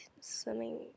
swimming